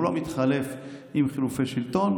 הוא לא מתחלף עם חילופי שלטון,